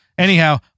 Anyhow